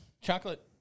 chocolate